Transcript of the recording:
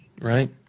Right